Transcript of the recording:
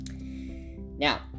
Now